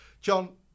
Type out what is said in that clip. John